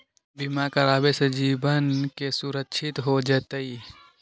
बीमा करावे से जीवन के सुरक्षित हो जतई?